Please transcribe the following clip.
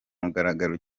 mugaragaro